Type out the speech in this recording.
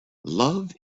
love